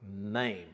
name